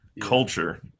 culture